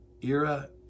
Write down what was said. era